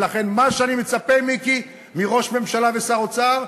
ולכן, מה שאני מצפה, מיקי, מראש ממשלה ושר אוצר,